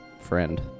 friend